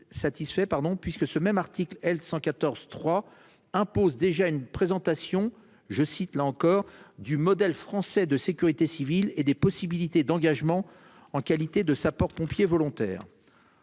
puisque ce même article L. 114 3 imposent déjà une présentation je cite là encore du modèle français de sécurité civile et des possibilités d'engagement en qualité de sapeurs-pompiers volontaires.